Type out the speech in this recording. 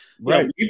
right